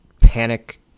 panic